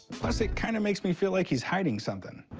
plus it kind of makes me feel like he's hiding something.